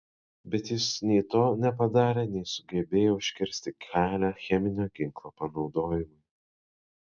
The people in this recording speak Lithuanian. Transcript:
bet jis nei to nepadarė nei sugebėjo užkirsti kelią cheminio ginklo panaudojimui